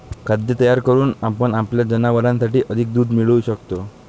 खाद्य तयार करून आपण आपल्या जनावरांसाठी अधिक दूध मिळवू शकतो